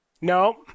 No